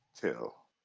tell